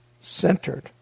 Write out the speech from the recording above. centered